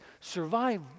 survive